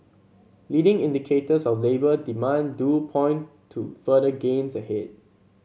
leading indicators of labour demand do point to further gains ahead